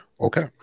Okay